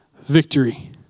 victory